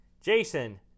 Jason